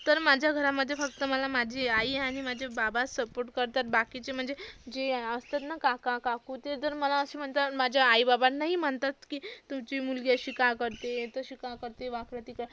तर माझ्या घरामध्ये फक्त मला माझी आई आणि माझे बाबा सपोर्ट करतात बाकीचे म्हणजे जे असतात ना काका काकू ते तर मला असे म्हणतात माझ्या आईबाबांनाही म्हणतात की तुमची मुलगी अशी का करते तशी का करते वाकडंतिकडं